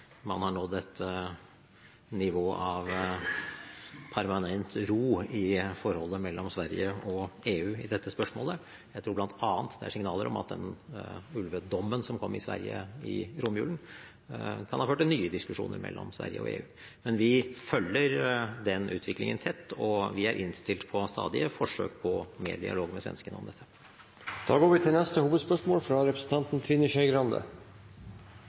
man har nådd et nivå av permanent ro i forholdet mellom Sverige og EU i dette spørsmålet. Jeg tror bl.a. det er signaler om at ulvedommen som kom i Sverige i romjulen, kan ha ført til nye diskusjoner mellom Sverige og EU. Men vi følger den utviklingen tett, og vi er innstilt på stadige forsøk på mer dialog med svenskene om dette. Vi går videre til neste hovedspørsmål.